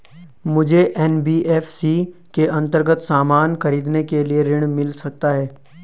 मुझे एन.बी.एफ.सी के अन्तर्गत सामान खरीदने के लिए ऋण मिल सकता है?